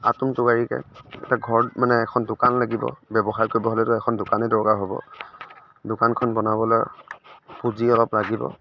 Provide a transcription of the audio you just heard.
আটোম টোকাৰিকৈ এটা ঘৰত মানে এখন দোকান লাগিব ব্য়ৱসায় কৰিব হ'লেতো এখন দোকানেই দৰকাৰ হ'ব দোকানখন বনাবলৈ পুঁজি অলপ লাগিব